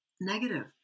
negative